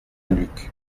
luc